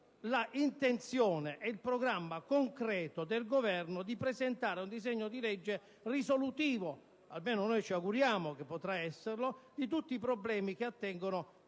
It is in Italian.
l'intenzione e il programma concreto del Governo di presentare un disegno di legge risolutivo - almeno noi ci auguriamo che possa esserlo - di tutti i problemi che attengono nel complesso